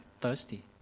thirsty